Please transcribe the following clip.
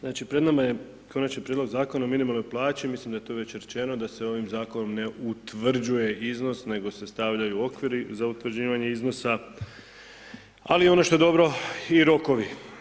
Znači pred nama je Konačni prijedlog Zakona o minimalnoj plaći, mislim da je to već rečeno, da se ovim Zakonom ne utvrđuje iznos nego se stavljaju okviri za utvrđivanje iznosa, ali ono što je dobro, i rokovi.